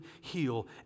heal